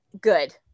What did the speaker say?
Good